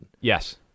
Yes